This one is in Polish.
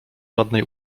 żadnej